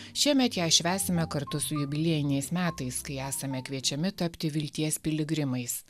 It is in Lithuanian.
šiemet ją švęsime kartu su jubiliejiniais metais kai esame kviečiami tapti vilties piligrimais